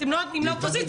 אתם לא נותנים לאופוזיציה,